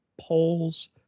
polls